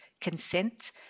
consent